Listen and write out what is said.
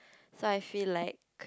so I feel like